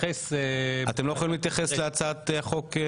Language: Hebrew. אתם לא יכולים להתייחס להצעת חוק?